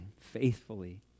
faithfully